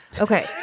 Okay